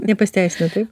nepasiteisino taip